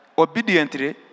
obediently